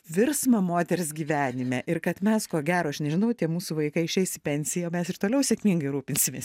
virsmą moters gyvenime ir kad mes ko gero aš nežinau tie mūsų vaikai išeis į pensiją o mes ir toliau sėkmingai rūpinsimės